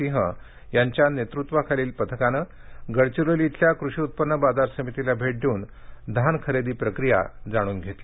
सिंह यांच्या नेतृत्वाखालील या पथकानं गडचिरोली येथील कृषी उत्पन्न बाजार समितीला भेट देऊन धान खरेदी प्रक्रिया जाणून घेतली